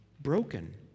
broken